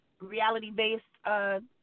reality-based